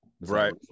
Right